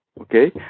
Okay